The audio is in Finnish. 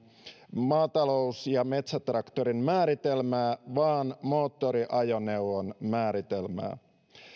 maatalous ja metsätraktorin määritelmää vaan moottoriajoneuvon määritelmää